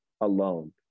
alone